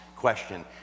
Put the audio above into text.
question